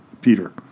Peter